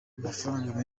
amafaranga